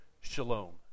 shalom